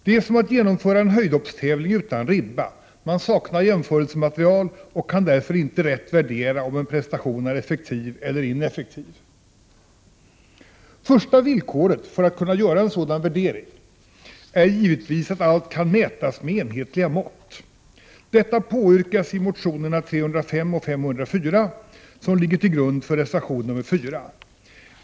Det är som att genomföra en höjdhoppstävling utan ribba; man saknar jämförelsematerial, och kan därför inte rätt värdera om en prestation är effektiv eller ineffektiv. Första villkoret för att man skall kunna göra en sådan värdering är givetvis att allt kan mätas med enhetliga mått. Detta påyrkas i motionerna Fi305 och Fi504, som ligger till grund för reservation nr 4.